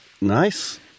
Nice